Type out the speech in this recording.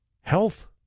Health